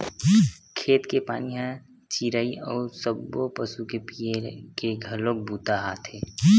खेत के पानी ह चिरई अउ सब्बो पसु के पीए के घलोक बूता आथे